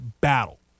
battle